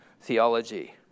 theology